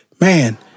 man